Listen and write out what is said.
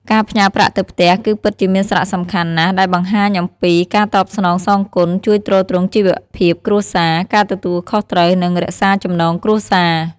ការផ្ញើប្រាក់់ទៅផ្ទះគឺពិតជាមានសារៈសំខាន់ណាស់ដែលបង្ហាញអំពី ការតបស្នងសងគុណ ជួយទ្រទ្រង់ជីវភាពគ្រួសារ ការទទួលខុសត្រូវ និងរក្សាចំណងគ្រួសារ។